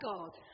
God